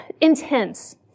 intense